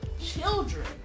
children